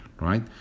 right